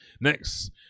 Next